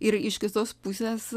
ir iš kitos pusės